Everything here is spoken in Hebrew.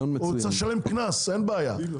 הוא יצטרך לשלם קנס; עשית?